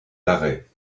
d’arrêt